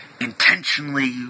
intentionally